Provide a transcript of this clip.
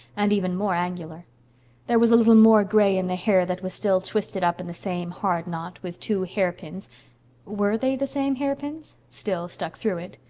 and even more angular there was a little more gray in the hair that was still twisted up in the same hard knot, with two hairpins were they the same hairpins still stuck through it.